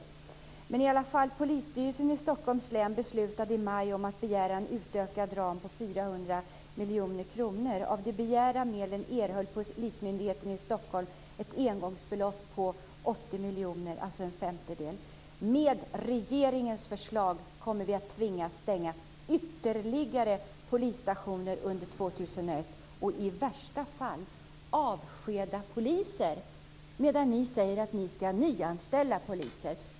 Så här står det i alla fall: "Polisstyrelsen i Stockholms län beslutade i maj om att begära en utökad ram om 400 mkr. Av de begärda medlen erhöll polismyndigheten i Stockholm ett engångsbelopp om 80 mkr, eller ca en femtedel. Med regeringens förslag kommer vi tvingas att stänga ytterligare polisstationer under 2001 och i värsta fall avskeda poliser." Ni säger att ni ska nyanställa poliser.